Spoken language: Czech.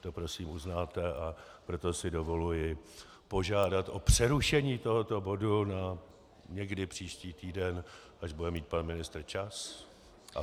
To prosím uznáte, a proto si dovoluji požádat o přerušení tohoto bodu někdy na příští týden, až bude mít pan ministr čas a chuť.